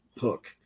hook